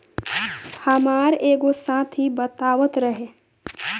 हामार एगो साथी बतावत रहे